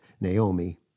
Naomi